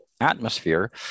atmosphere